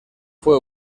fue